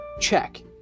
Check